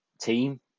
team